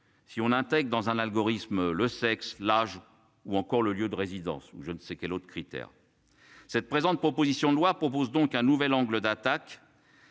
Si on intègre dans un algorithme le sexe, l'âge ou encore le lieu de résidence ou je ne sais quel autre critère. Cette présente, proposition de loi propose donc un nouvel angle d'attaque.